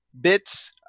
Bits